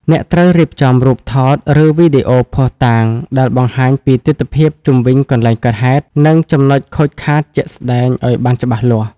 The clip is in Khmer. អ្នកត្រូវរៀបចំ រូបថត ឬវីដេអូភស្តុតាង ដែលបង្ហាញពីទិដ្ឋភាពជុំវិញកន្លែងកើតហេតុ និងចំណុចខូចខាតជាក់ស្ដែងឱ្យបានច្បាស់លាស់។